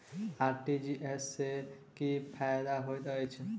RTGS सँ की फायदा होइत अछि?